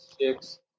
six